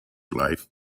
life